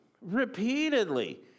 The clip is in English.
repeatedly